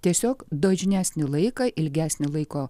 tiesiog dažnesnį laiką ilgesnį laiko